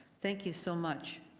thank you so much.